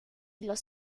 los